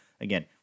Again